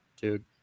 dude